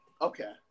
Okay